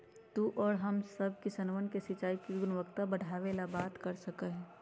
तू और हम सब किसनवन से सिंचाई के गुणवत्ता बढ़ावे ला बात कर सका ही